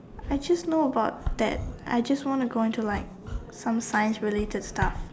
I just know about that I just want to go into like some science related stuff